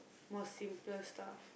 more simpler stuff